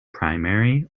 primary